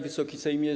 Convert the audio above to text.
Wysoki Sejmie!